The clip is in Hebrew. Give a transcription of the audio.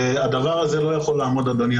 והדבר הזה לא יכול לעמוד, אדוני.